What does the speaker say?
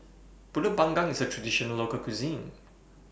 Pulut Panggang IS A Traditional Local Cuisine